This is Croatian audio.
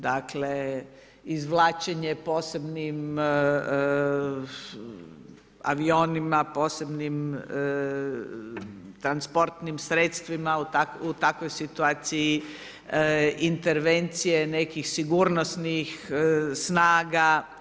Dakle izvlačenje posebnim avionima, posebnim transportnim sredstvima u takvoj situaciji intervencije nekih sigurnosnih snaga.